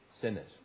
sinners